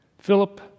Philip